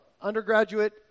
undergraduate